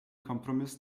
kompromiss